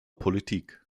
politik